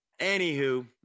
anywho